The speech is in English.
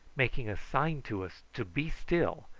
making a sign to us to be still,